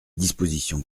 disposition